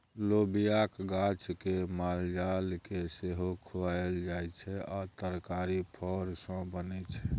लोबियाक गाछ केँ मालजाल केँ सेहो खुआएल जाइ छै आ तरकारी फर सँ बनै छै